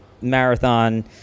marathon